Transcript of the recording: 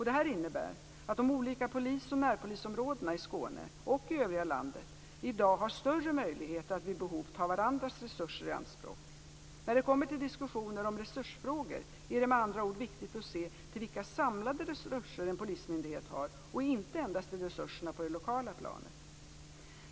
Detta innebär att de olika polis och närpolisområdena i Skåne och i övriga landet i dag har större möjligheter att vid behov ta varandras resurser i anspråk. När det kommer till diskussioner om resursfrågor är det med andra ord viktigt att se till vilka samlade resurser en polismyndighet har och inte endast till resurserna på det lokala planet.